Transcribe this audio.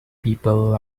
people